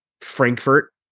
frankfurt